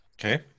Okay